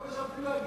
כל מה שרציתי להגיד,